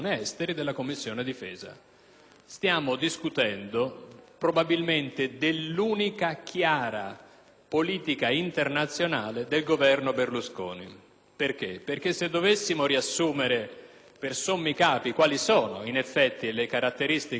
politica internazionale del Governo Berlusconi. Infatti, se dovessimo riassumere per sommi capi quali sono le caratteristiche del nostro impegno in quello che il ministro Frattini all'inizio della legislatura chiamò «multilateralismo efficace»,